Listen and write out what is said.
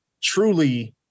truly